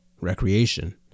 recreation